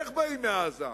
איך באים מעזה?